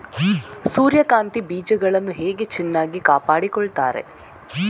ಸೂರ್ಯಕಾಂತಿ ಬೀಜಗಳನ್ನು ಹೇಗೆ ಚೆನ್ನಾಗಿ ಕಾಪಾಡಿಕೊಳ್ತಾರೆ?